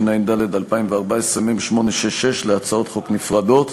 התשע"ד 2014, מ/866, להצעות חוק נפרדות,